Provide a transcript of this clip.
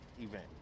event